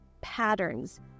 patterns